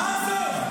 מה עזוב?